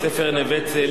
כיתה י"ב,